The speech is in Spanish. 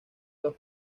los